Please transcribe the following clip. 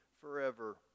forever